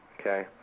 okay